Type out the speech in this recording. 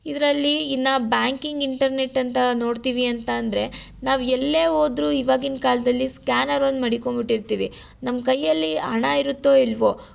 ಇದರಲ್ಲಿ ಇನ್ನು banking internet ಅಂತ ನೋಡ್ತೀವಿ ಅಂತಂದರೆ ನಾವು ಎಲ್ಲೇ ಹೋದ್ರು ಇವಾಗಿನ ಕಾಲದಲ್ಲಿ ಸ್ಕ್ಯಾನರ್ ಒಂದು ಮಡಿಕೊಂಬಿಟ್ಟಿರ್ತೀವಿ ನಮ್ಮ ಕೈಯಲ್ಲಿ ಹಣ ಇರುತ್ತೋ ಇಲ್ಲವೋ